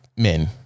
Men